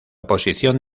posición